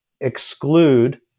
exclude